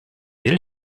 del